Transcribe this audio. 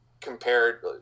compared